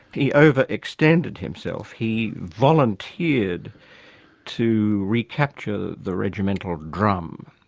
he over-extended himself, he volunteered to recapture the regimental drum,